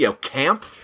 camp